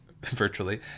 virtually